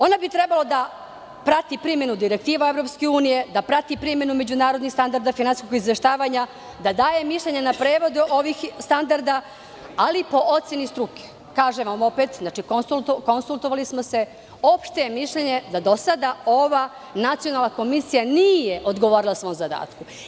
Ona bi trebalo da prati primenu direktova Evropske unije, da prati primenu međunarodnih standarda finansijskog izveštavanja, da daje mišljenja na prevode ovih standarda, ali po oceni struke, Kažem vam opet, znači konsultovali smo se, opšte je mišljenje da do sada ova nacionalna komisija nije odgovorila svom zadatku.